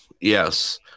Yes